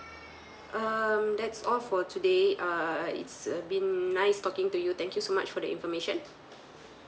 um that's all for today err it's uh been nice talking to you thank you so much for the information